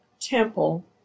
temple